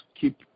keep –